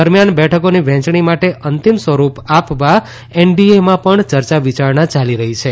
દરમિયાન બેઠકોની વહેંચણી માટે અંતિમ સ્વરૂપ આપવા એનડીએમાં પણ ચર્ચા વિયારણા યાલી રહી છે